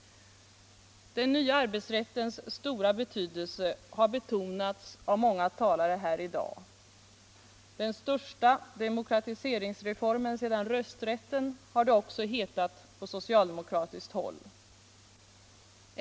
Den nya arbetsrättens stora betydelse har betonats av många talare här i dag. Den största demokratiseringsreformen sedan rösträtten, har det också hetat på socialdemokratiskt håll.